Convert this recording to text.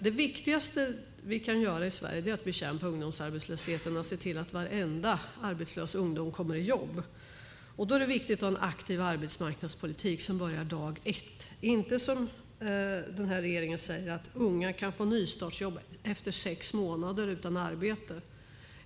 Det viktigaste vi kan göra i Sverige är att bekämpa ungdomsarbetslösheten och se till att varenda arbetslös ungdom kommer i jobb. Då är det viktigt att ha en aktiv arbetsmarknadspolitik som börjar dag ett. Det ska inte vara som regeringen säger - att unga kan få nystartsjobb efter sex månader utan arbete.